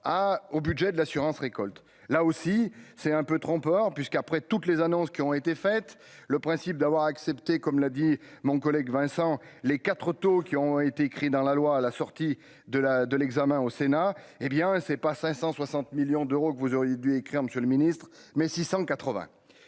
au budget de l'assurance-récolte là aussi c'est un peu trompeur puisqu'après toutes les annonces qui ont été faites, le principe d'avoir accepté, comme l'a dit mon collègue Vincent les 4 qui ont été écrit dans la loi à la sortie de la, de l'examen au Sénat, hé bien, c'est pas 560 millions d'euros que vous auriez dû écrire : Monsieur le Ministre, mais 680